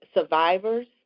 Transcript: survivors